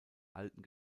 alten